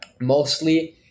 mostly